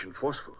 forceful